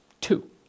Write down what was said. two